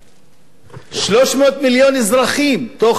300 מיליון אזרחים בתוך חמש שנים.